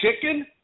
chicken